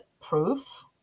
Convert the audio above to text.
proof